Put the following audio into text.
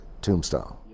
tombstone